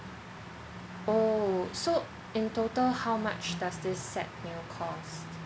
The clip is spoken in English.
oh so in total how much does this set meal cost